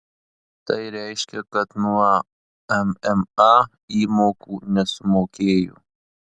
tai reiškia kad nuo mma įmokų nesumokėjo